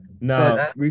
No